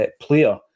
player